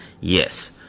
Yes